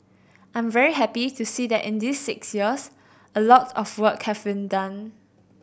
I'm very happy to see that in these six years a lot of work have been done